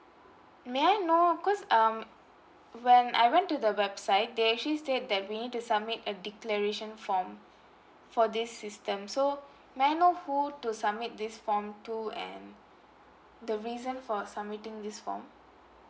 may I know 'cos um when I went to the website they actually state that we need to submit a declaration form for this system so may I know who to submit this form to and the reason for submitting this form